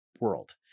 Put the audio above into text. world